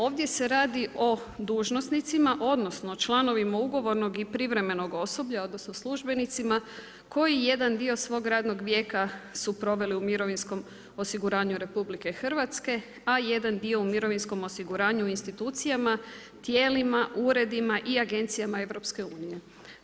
Ovdje se radi o dužnosnicima odnosno o članovima ugovornom i privremenog osoblja odnosno službenicima koji jedna dio svog vijeka su proveli u mirovinskom osiguranju RH a jedan dio u mirovinskom osiguranju i institucijama, tijelima, uredima i agencijama EU-a.